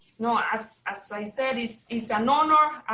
no, as as i said, it's it's an honor.